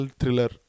thriller